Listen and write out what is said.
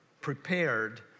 prepared